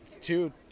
two